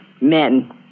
Men